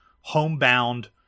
homebound